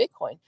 Bitcoin